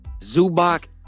Zubak